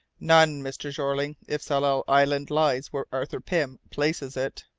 none, mr. jeorling, if tsalal island lies where arthur pym places it.